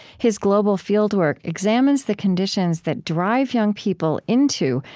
his global field work examines the conditions that drive young people into,